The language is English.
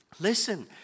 listen